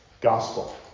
Gospel